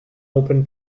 open